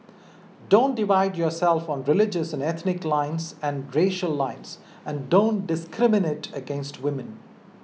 don't divide yourself on religious and ethnic lines and racial lines and don't discriminate against women